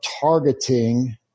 targeting